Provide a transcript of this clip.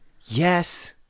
Yes